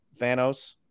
Thanos